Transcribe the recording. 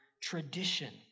tradition